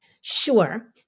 Sure